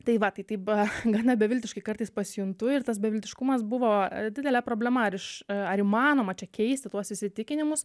tai va tai tai b gana beviltiškai kartais pasijuntu ir tas beviltiškumas buvo didelė problema ir iš ar įmanoma čia keisti tuos įsitikinimus